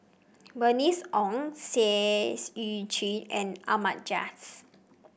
Bernice Ong Seah Eu Chin and Ahmad Jais